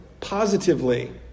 positively